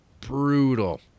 brutal